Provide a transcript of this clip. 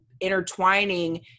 intertwining